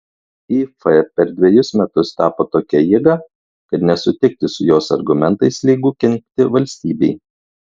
if per dvejus metus tapo tokia jėga kad nesutikti su jos argumentais lygu kenkti valstybei